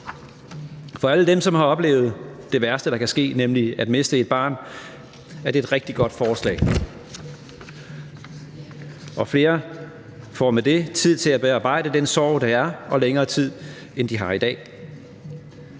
For alle dem, som har oplevet det værste, der kan ske, nemlig at miste et barn, er det et rigtig godt forslag. Med det får flere tid til at bearbejde den sorg, der er, og længere tid, end de har i dag.